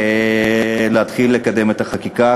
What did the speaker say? המסקנות ולהתחיל לקדם את החקיקה.